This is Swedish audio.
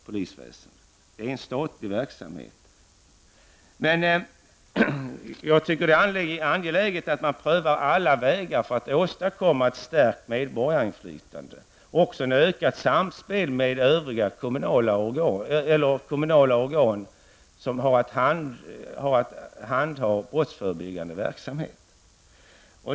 Polisväsendet är en statlig verksamhet. Jag tycker dock att det är angeläget att man prövar alla vägar för att åstadkomma ett förstärkt medborgarinflytande och ett ökat samspel med övriga kommunala organ som har hand om brottsförebyggande verksamhet.